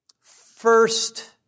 first